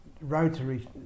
Rotary